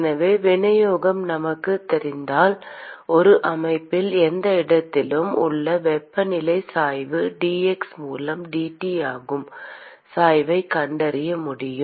எனவே விநியோகம் நமக்குத் தெரிந்தால் ஒரு அமைப்பில் எந்த இடத்திலும் உள்ள வெப்பநிலை சாய்வு dx மூலம் dT ஆகும் சாய்வைக் கண்டறிய முடியும்